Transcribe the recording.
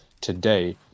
today